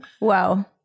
Wow